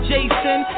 Jason